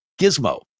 Gizmo